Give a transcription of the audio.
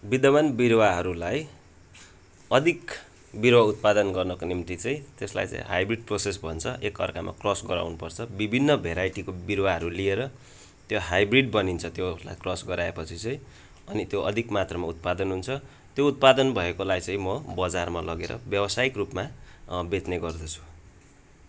विद्यमान विरुवाहरूलाई अधिक बिरुवा उत्पादन गर्नको निम्ति चाहिँ त्यसलाई चाहिँ हाइब्रिड प्रोसेस भन्छ एक अर्कामा क्रस गराउनुपर्छ विभिन्न भेराइटीको बिरुवाहरू लिएर त्यो हाइब्रिड बनिन्छ त्यो उसलाई क्रस गराएपछि चाहिँ अनि त्यो अधिक मात्रामा उत्पादन हुन्छ त्यो उत्पादन भएकोलाई चाहिँ म बजारमा लगेर ब्यवसायिक रूपमा बेच्ने गर्दछु